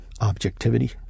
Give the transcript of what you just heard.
objectivity